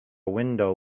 window